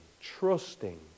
trusting